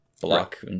block